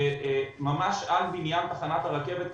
ממש על בניין תחנת הרכבת.